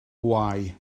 bwâu